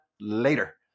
later